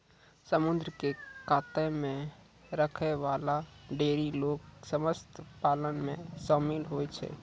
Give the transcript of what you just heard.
समुद्र क कातो म रहै वाला ढेरी लोग मत्स्य पालन म शामिल होय छै